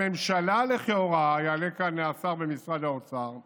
הממשלה, לכאורה, יעלה כאן השר במשרד האוצר ויגיד: